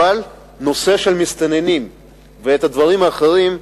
אבל הנושא של המסתננים והדברים האחרים,